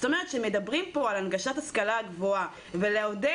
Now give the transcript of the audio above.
כשמדברים פה על הנגשת ההשכלה הגבוהה ועידוד